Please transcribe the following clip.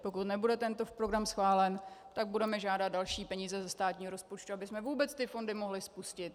Pokud nebude tento program schválen, budeme žádat další peníze ze státního rozpočtu, abychom vůbec ty fondy mohli spustit.